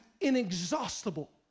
inexhaustible